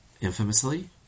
infamously